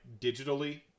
digitally